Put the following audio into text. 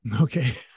Okay